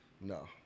No